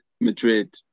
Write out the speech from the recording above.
Madrid